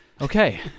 Okay